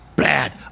bad